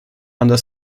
under